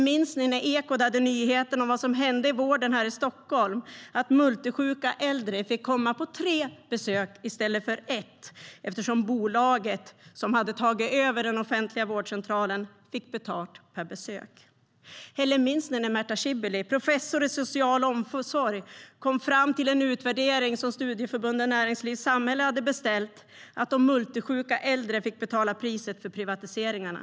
Minns ni när Ekot hade nyheten om vad som hände i vården här i Stockholm - att multisjuka äldre fick komma på tre besök i stället för ett eftersom bolaget som hade tagit över den offentliga vårdcentralen fick betalt per besök? Minns ni att Marta Szebehely, professor i social omsorg, i en utvärdering som Studieförbundet Näringsliv och Samhälle hade beställt kom fram till att de multisjuka äldre fick betala priset för privatiseringarna?